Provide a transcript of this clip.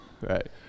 Right